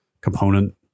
component